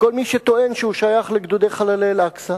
וכל מי שטוען שהוא שייך ל"גדודי חללי אל-אקצא"